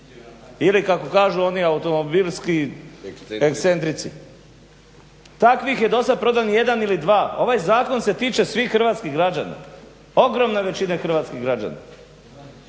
ili kako kažu oni automobilski ekscentrici. Takav je do sad prodano jedan ili dva. Ovaj zakon se tiče svih hrvatskih građana, ogromne većine hrvatskih građana.